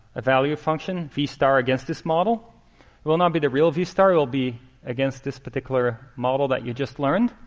a value function, v star, against this model. it will not be the real v star, it will be against this particular model that you just learned.